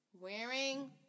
wearing